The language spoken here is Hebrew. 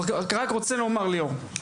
ליאור,